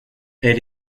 elle